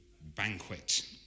banquet